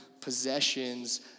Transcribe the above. possessions